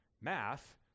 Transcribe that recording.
math